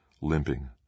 limping